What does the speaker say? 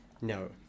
No